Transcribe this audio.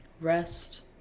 Rest